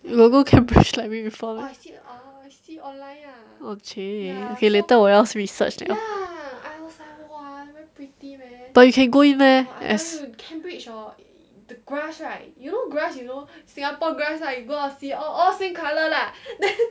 you got go cambridge library before right oh !chey! ok later 我要 research liao but you can go in meh as